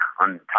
on